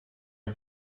are